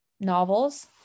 novels